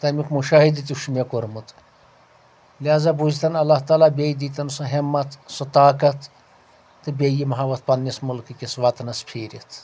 تمیُک مُشٲہدٕ تہِ چھُ مےٚ کوٚرمُت لہذا بوٗزۍتن اللہ تعالیٰ بیٚیہِ دیٖتن سۄ ہیمت سُہ طاقت بیٚیہِ یِمہٕ ہو اتھ پنٕنِس مُلکہٕ کِس وطنس پھیٖرتھ